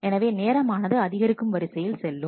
எனவே நேரமானது அதிகரிக்கும் வரிசையில் செல்லும்